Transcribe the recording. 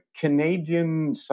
Canadian